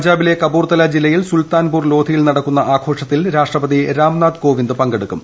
പഞ്ചാബിലെ കപൂർത്തല ജില്ലയിൽ സുൽത്താൻപൂർ ലോധിയിൽ നടക്കുന്ന ആഘോഷത്തിൽ രാഷ്ട്രപതി രാംനാഥ് കോവിന്ദ് പങ്കെടുക്കും